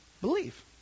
believe